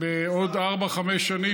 בעוד ארבע-חמש שנים,